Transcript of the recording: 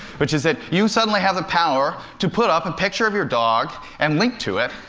which is that you suddenly have the power to put up a picture of your dog and link to it,